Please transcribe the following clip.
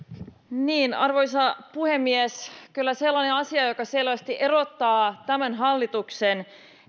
arvoisa puhemies kyllä sellainen asia joka selvästi erottaa tämän hallituksen